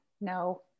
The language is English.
No